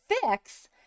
fix